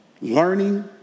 learning